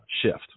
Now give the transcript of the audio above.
shift